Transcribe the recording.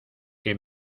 que